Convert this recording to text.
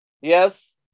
Yes